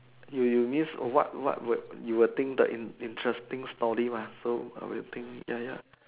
you you miss what what would you would think the in interesting story lah so we'll think ya ya